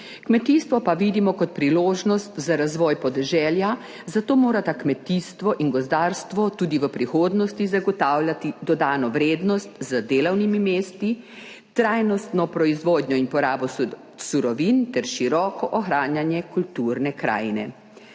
kmetijstvo pa vidimo kot priložnost za razvoj podeželja, zato morata kmetijstvo in gozdarstvo tudi v prihodnosti zagotavljati dodano vrednost z delovnimi mesti, trajnostno proizvodnjo in porabo surovin ter široko ohranjanje kulturne krajine.